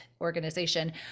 organization